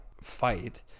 fight